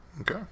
Okay